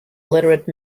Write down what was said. literate